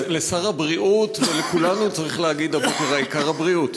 לשר הבריאות ולכולנו צריך להגיד הבוקר: העיקר הבריאות.